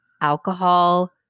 alcohol